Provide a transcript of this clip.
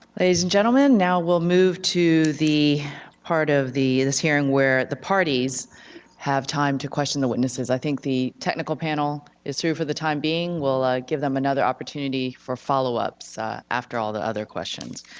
ladies and gentlemen, now we'll move to the part of the hearing where the parties have time to question the witnesses. i think the technical panel is through for the time being, we'll give them another opportunity for follow ups after all the other questions.